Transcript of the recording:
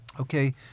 Okay